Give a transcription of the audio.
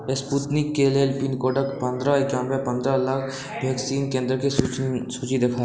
स्पूतनिकके लेल पिनकोडके पन्द्रह एकानबे पन्द्रह लग वैक्सीन केन्द्रके सूची देखाउ